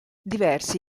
diversi